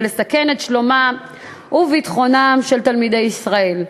לסכן את שלומם וביטחונם של תלמידי ישראל.